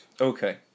Okay